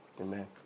Amen